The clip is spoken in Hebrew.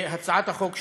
והצעת החוק שלי,